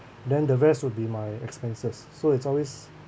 then the rest will be my expenses so it's always